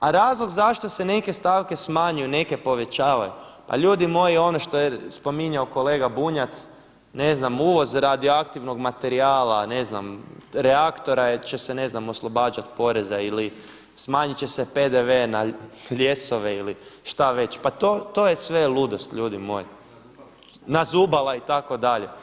A razlog zašto se neke stavke smanjuju, a neke povećavaju, pa ljudi moji ono što je spominjao kolega Bunjac uvoz radioaktivnog materijala, ne znam reaktora će se oslobađati poreza ili smanjit će se PDV-e na ljesove ili što već, pa to je sve ludost ljudi moji, na zubala itd.